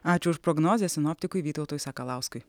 ačiū už prognozę sinoptikui vytautui sakalauskui